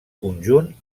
conjunt